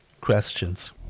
questions